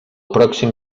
pròxim